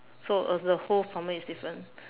so uh the whole farmer is different